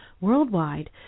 worldwide